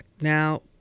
Now